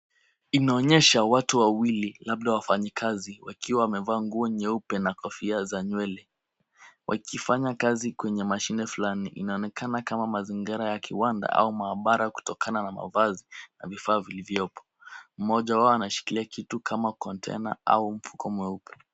Inaonyesha watu wawili, labda wafanyikazi, wakiwa wamevaa nguo nyeupe na kofia za nywele, wakifanya kazi kwenye mashine fulani. Inaonekana kama mazingira ya kiwanda au maabara kutokana na mavazi na vifaa vilivyopo. Mmoja wao ameshikilia kitu kama container au mfuko mweupe.